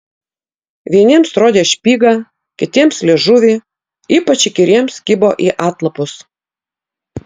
vieniems rodė špygą kitiems liežuvį ypač įkyriems kibo į atlapus